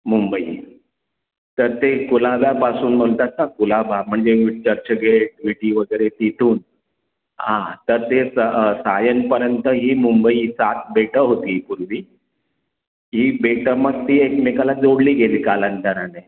मुंबई तर ते कुलाब्यापासून म्हणतात ना कुलाबा म्हणजे चर्चगेट व्हि टी वगैरे तिथून हां तर ते स सायनपर्यंत ही मुंबई सात बेटं होती पूर्वी ही बेटं मग ती एकमेकाला जोडली गेली कालांतराने